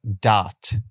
dot